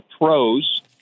pros